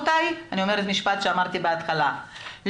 אני אומרת משפט שאמרתי בהתחלה,